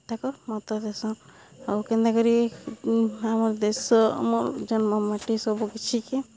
ତାକର୍ ମତ ଦେସନ୍ ଆଉ କେନ୍ତା କରି ଆମର୍ ଦେଶ ଆମ ଜନ୍ମ ମାଟି ସବୁ କିଛିକେ